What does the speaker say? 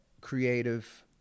creative